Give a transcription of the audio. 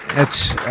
it's,